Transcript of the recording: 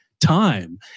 Time